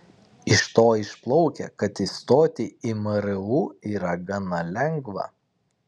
iš to išplaukia kad įstoti į mru yra gana lengva